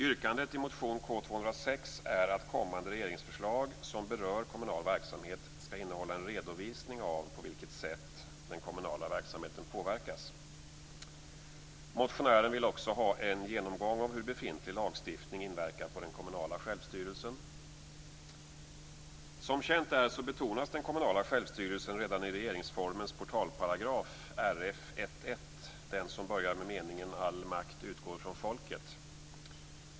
Yrkandet i motion K206 är att kommande regeringsförslag som berör kommunal verksamhet skall innehålla en redovisning av på vilket sätt den kommunala verksamheten påverkas. Motionären vill också ha en genomgång av hur befintlig lagstiftning inverkar på den kommunala självstyrelsen. Som känt är betonas den kommunala självstyrelsen redan i regeringsformens portalparagraf, RF 1:1, den som börjar med meningen: All makt utgår från folket.